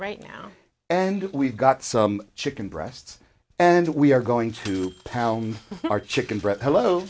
right now and we've got some chicken breasts and we are going to pound our chicken